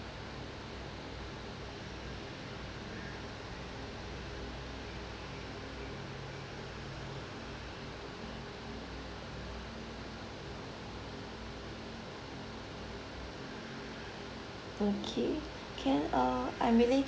okay can err I'm really